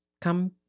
come